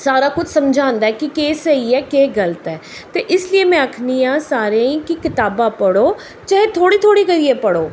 सारा कुछ समझांदा कि केह् स्हेई ऐ केह् गल्त ऐ ते इस लेई में आखनी आं सारें गी के कताबां पढ़ो चाहे थोह्ड़ी थोह्ड़ी करियै पढ़ो